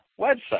website